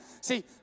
See